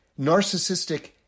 narcissistic